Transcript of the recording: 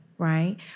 right